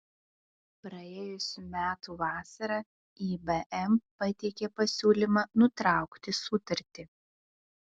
praėjusių metų vasarą ibm pateikė pasiūlymą nutraukti sutartį